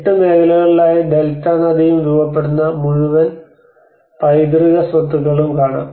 എട്ട് മേഖലകളായി ഡെൽറ്റ നദിയും രൂപപ്പെടുന്ന മുഴുവൻ പൈതൃക സ്വത്തുക്കളും കാണാം